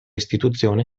istituzione